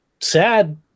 sad